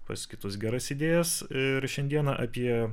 pas kitus geras idėjas ir šiandieną apie